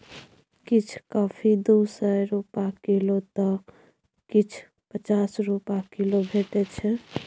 किछ कॉफी दु सय रुपा किलौ तए किछ पचास रुपा किलो भेटै छै